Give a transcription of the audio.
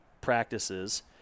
practices